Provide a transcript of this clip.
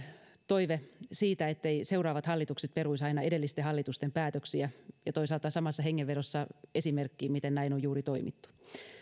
toive siitä etteivät seuraavat hallitukset peruisi aina edellisten hallitusten päätöksiä ja toisaalta samassa hengenvedossa esimerkki siitä miten juuri näin on toimittu